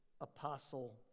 apostle